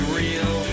real